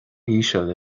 íseal